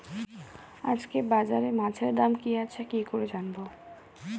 আজকে বাজারে মাছের দাম কি আছে কি করে জানবো?